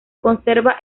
conserva